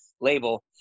label